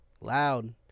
loud